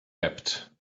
wept